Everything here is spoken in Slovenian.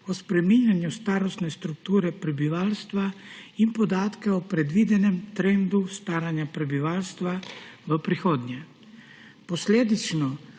o spreminjanju starostne strukture prebivalstva in podatke o predvidenem trendu staranja prebivalstva v prihodnje. Posledično